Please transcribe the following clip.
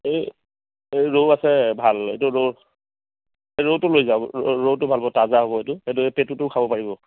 এই ৰৌ আছে ভাল এইটো ৰৌ ৰৌটো লৈ যাওঁক ৰৌ ৰৌটো ভাল হ'ব তাজা হ'ব এইটো পেটুটো খাব পাৰিব